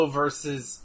versus